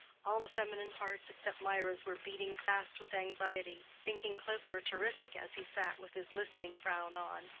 all the feminine hearts except mirah's were beating fast with anxiety, thinking klesmer terrific as he sat with his listening frown on,